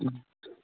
ꯎꯝ